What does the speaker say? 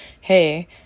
hey